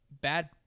bad